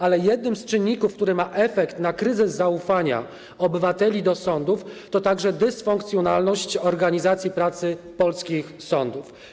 To jest jeden z czynników, które mają wpływ na kryzys zaufania obywateli do sądów, a także na dysfunkcjonalność organizacji pracy polskich sądów.